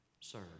serve